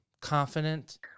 confident